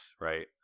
right